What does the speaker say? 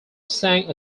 sang